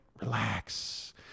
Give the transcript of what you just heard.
relax